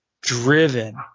Driven